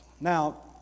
Now